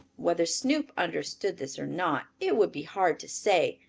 whether snoop understood this or not, it would be hard to say.